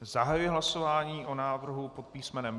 Zahajuji hlasování o návrhu pod písmenem D.